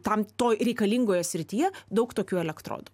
tam toj reikalingoje srityje daug tokių elektrodų